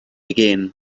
again